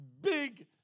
big